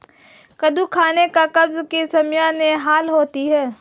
कद्दू खाने से कब्ज़ की समस्याए हल होती है